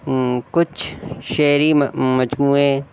کچھ شعری مجموعے